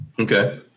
Okay